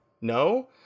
No